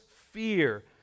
fear